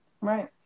Right